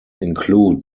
include